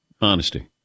Honesty